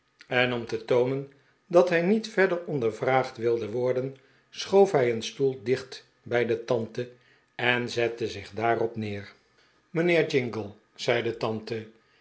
en om te toonen dat hij niet verder ondervraagd wilde worden schoof hij een stoel dicht bij de tante en zette zich daarop neer mijnheer jingle zei de tante